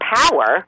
power